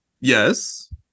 Yes